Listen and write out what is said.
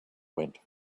went